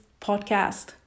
podcast